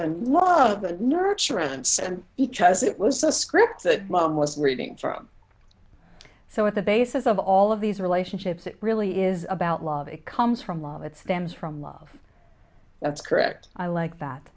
and love and nurturing and send each as it was a script that mum was reading from so at the basis of all of these relationships it really is about love it comes from love it stems from love that's correct i like that